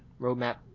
roadmap